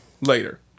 later